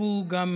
השתתפו גם